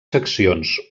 seccions